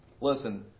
Listen